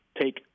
take—